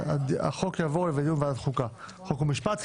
החוק יעבור לדיון בוועדת החוקה, חוק ומשפט.